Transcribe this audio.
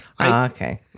Okay